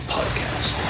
Podcast